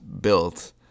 built